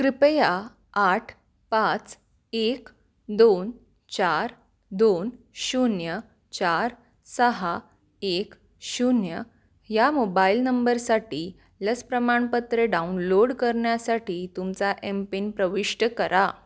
कृपया आठ पाच एक दोन चार दोन शून्य चार सहा एक शून्य ह्या मोबाईल नंबरसाठी लस प्रमाणपत्र डाउनलोड करण्यासाठी तुमचा एम पिन प्रविष्ट करा